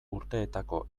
urteetako